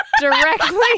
directly